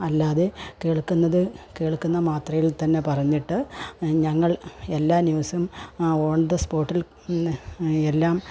അല്ലാതെ കേൾക്കുന്നത് കേൾക്കുന്ന മാത്രയിൽത്തന്നെ പറഞ്ഞിട്ട് ഞങ്ങൾ എല്ലാ ന്യൂസും ഓൺതസ്പോട്ടിൽ എല്ലാം